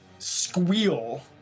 Squeal